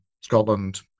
Scotland